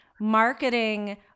marketing